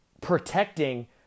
protecting